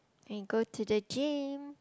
can go to the gym